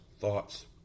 thoughts